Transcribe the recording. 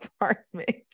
apartment